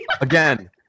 Again